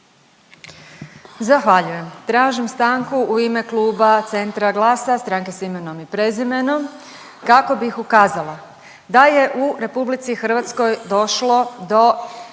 Zahvaljujem. Tražim stanku u ime kluba CENTRA, GLASA, Stranke sa imenom i prezimenom kako bih ukazala da je u Republici Hrvatskoj došlo do